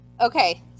Okay